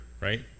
right